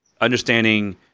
understanding